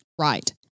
Right